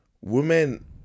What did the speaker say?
Women